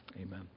Amen